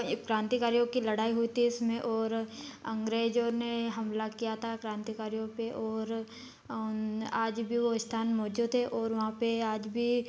एक क्रांतिकारियों की लड़ाई होती है उसमें और अंग्रेजों ने हमला किया था क्रांतिकारियों पर और आज भी वो स्थान मौजूद है और वहाँ पर आज भी